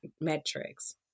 metrics